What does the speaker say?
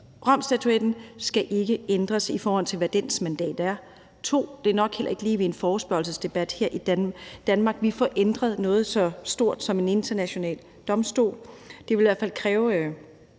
Romstatutten skal ikke ændres, i forhold til hvad dens mandatet er, og 2) det er nok heller ikke lige her ved en forespørgselsdebat i Danmark, at vi får ændret noget så stort som en international domstol. Det ville i hvert fald også